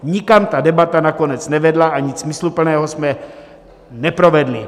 Nikam ta debata nakonec nevedla a nic smysluplného jsme neprovedli.